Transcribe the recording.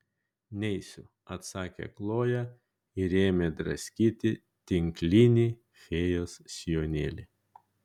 neisiu atsakė kloja ir ėmė draskyti tinklinį fėjos sijonėlį